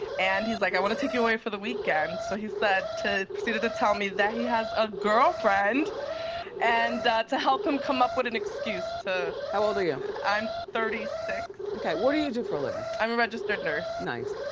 and he's like i wanna take you away for the weekend. so he said, proceeded to tell me that he has a girlfriend and to help him come up with an excuse to. how old are you? i'm thirty six. what do you do for a living? i'm a registered nurse. nice.